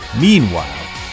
Meanwhile